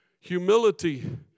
Humility